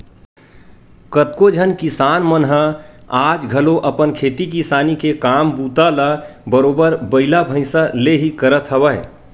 कतको झन किसान मन ह आज घलो अपन खेती किसानी के काम बूता ल बरोबर बइला भइसा ले ही करत हवय